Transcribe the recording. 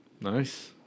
nice